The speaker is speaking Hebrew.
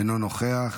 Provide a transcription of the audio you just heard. אינו נוכח.